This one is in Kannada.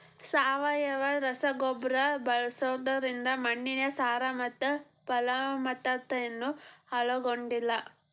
ಸಾವಯವ ರಸಗೊಬ್ಬರ ಬಳ್ಸೋದ್ರಿಂದ ಮಣ್ಣಿನ ಸಾರ ಮತ್ತ ಪಲವತ್ತತೆನು ಹಾಳಾಗೋದಿಲ್ಲ